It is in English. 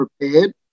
prepared